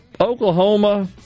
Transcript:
Oklahoma